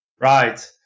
Right